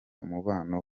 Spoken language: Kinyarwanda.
umubano